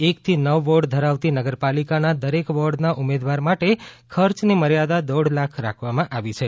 એકથી નવ વોર્ડ ધરાવતી નગરપાલિકાના દરેક વોર્ડના ઉમેદવાર માટે ખર્ચનો મર્યાદા દોઢ લાખ રાખવામાં આવી છે